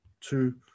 two